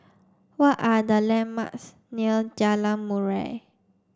what are the landmarks near Jalan Murai